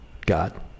God